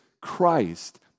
Christ